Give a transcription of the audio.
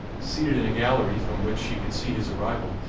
seated in a gallery from which she could see his arrival,